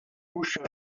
bouches